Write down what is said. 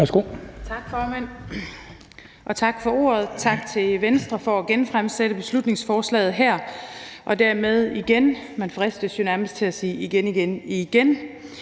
Tak for ordet, og tak til Venstre for at genfremsætte beslutningsforslaget her og dermed igen – man fristes jo nærmest til at sige igen igen –